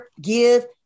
give